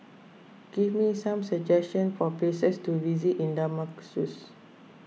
give me some suggestions for places to visit in Damascus